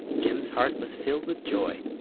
jim's heart was filled with joy.